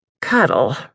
cuddle